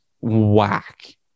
whack